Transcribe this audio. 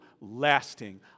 lasting